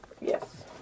Yes